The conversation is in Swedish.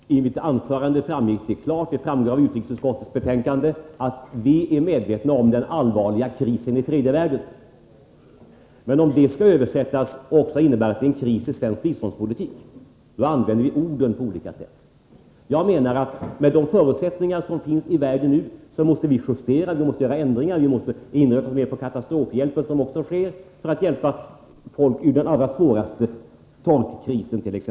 Fru talman! I mitt anförande framgick det klart, liksom det gör av utrikesutskottets betänkande, att vi är medvetna om den allvarliga krisen i tredje världen. Men om det skall tolkas som att det också är en kris i svensk biståndspolitik, använder vi orden på olika sätt. Med de förutsättningar som finns i världen nu måste vi göra justeringar, t.ex. inrikta oss mer på katastrofhjälp — vilket också sker — för att hjälpa folk ur t.ex. den allra svåraste torkkrisen.